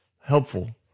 helpful